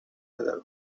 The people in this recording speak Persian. نداره